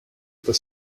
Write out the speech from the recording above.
the